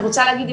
אני רוצה להגיד,